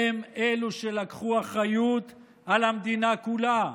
הם שלקחו אחריות על המדינה כולה.